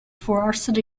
forced